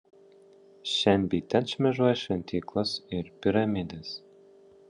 šen bei ten šmėžuoja šventyklos ir piramidės